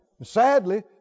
sadly